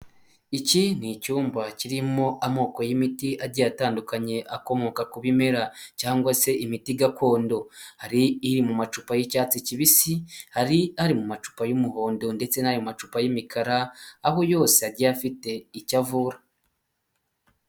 Iki ni icyumba kirimo amoko y'imiti agiye atandukanye akomoka ku bimera cyangwa se imiti gakondo, hari iri mu macupa y'icyatsi kibisi, hari ari mu macupa y'umuhondo ndetse n'ayo macupa y'imikara, aho yose agiye afite icyo avura.